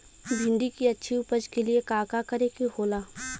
भिंडी की अच्छी उपज के लिए का का करे के होला?